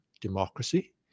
democracy